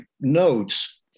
notes